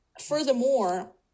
furthermore